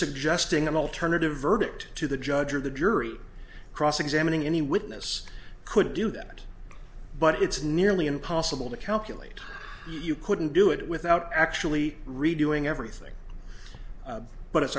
suggesting an alternative verdict to the judge or the jury cross examining any witness could do that but it's nearly impossible to calculate you couldn't do it without actually redoing everything but it's